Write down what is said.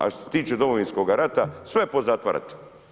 A što se tiče Domovinskoga rata sve pozatvarati.